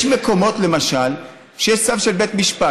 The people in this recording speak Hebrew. יש מקומות, למשל, שיש צו של בית משפט.